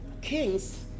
kings